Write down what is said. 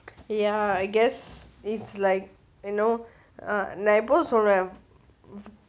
ya I guess it's like you know நா எப்போதும் சொல்லுவேன்:naa eppothum solluven